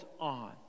on